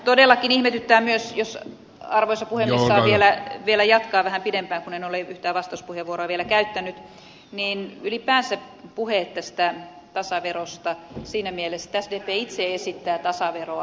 todellakin ihmetyttää myös jos arvoisa puhemies saan vielä jatkaa vähän pidempään kun en ole yhtään vastauspuheenvuoroa vielä käyttänyt ylipäänsä puhe tästä tasaverosta siinä mielessä että sdp itse esittää tasaveroa